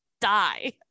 die